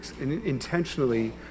intentionally